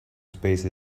space